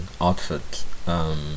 outfit